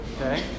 Okay